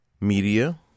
Media